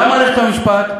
גם מערכת המשפט,